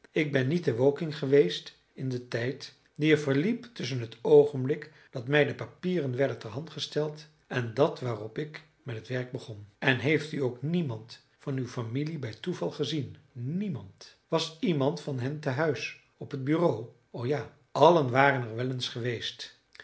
ik ben niet te woking geweest in den tijd die er verliep tusschen het oogenblik dat mij de papieren werden ter hand gesteld en dat waarop ik met het werk begon en heeft u ook niemand van uw familie bij toeval gezien niemand was iemand van hen te huis op het bureau o ja allen waren er wel eens geweest